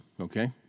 okay